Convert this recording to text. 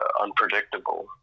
unpredictable